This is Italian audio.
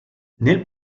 nel